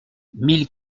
mille